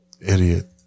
idiot